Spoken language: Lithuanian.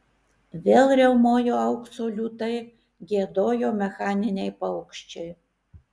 vėl riaumojo aukso liūtai giedojo mechaniniai paukščiai